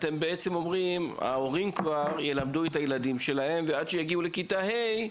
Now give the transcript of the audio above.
אתם אומרים שההורים ילמדו את הילדים שלהם ועד שיגיעו לכיתה ה',